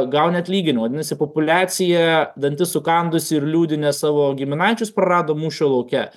gauni atlyginimą vadinasi populiacija dantis sukandusi ir liūdi nes savo giminaičius prarado mūšio lauke